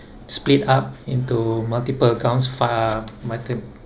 split up into multiple accounts far mutton